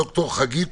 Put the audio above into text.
ד"ר חגית